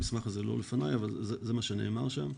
המסמך הזה לא לפניי אבל זה מה שנאמר בו.